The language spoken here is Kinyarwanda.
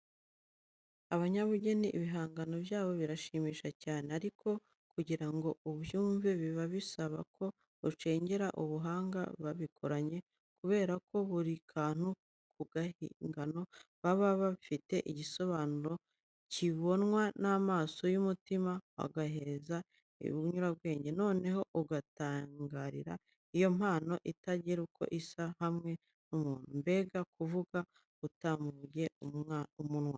Abanyabugeni ibihangano byabo birashimisha cyane. Ariko kugira ngo ubyumve, biba bisaba ko ucengera ubuhanga babikoranye kubera ko buri kantu ku gihangano kaba gafite igisobanuro kibonwa n'amaso y'umutima, agahereza inyurabwenge, noneho ugatangarira iyo mpano itagira uko isa yahawe muntu. Mbega kuvuga utabumbuye umunwa!